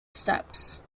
steps